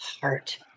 heart